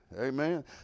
Amen